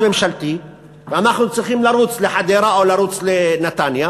ממשלתי ואנחנו צריכים לרוץ לחדרה או לרוץ לנתניה,